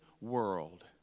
world